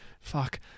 fuck